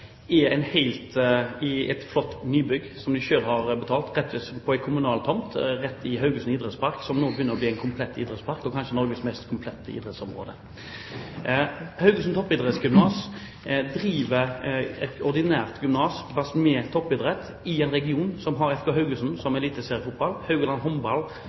de selv har betalt, på en kommunal tomt rett ved Haugesund Idrettspark, som nå begynner å bli en komplett idrettspark – kanskje Norges mest komplette idrettsområde. Haugesund Toppidrettsgymnas er et ordinært gymnas med toppidrett, i en region der FK Haugesund spiller eliteseriefotball og Haugaland Håndballklubb spiller eliteseriehåndball. Vi har mange talenter også i Sunnhordland, som